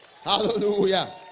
Hallelujah